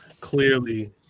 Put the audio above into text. Clearly